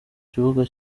kibuga